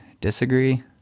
Disagree